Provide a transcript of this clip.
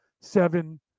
seven